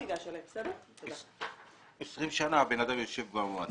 20 שנים הבן אדם יושב במועצה.